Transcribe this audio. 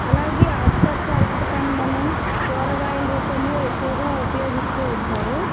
అలాగే ఆకుపచ్చ అరటిపండ్లను కూరగాయల రూపంలో ఎక్కువగా ఉపయోగిస్తూ ఉంటారు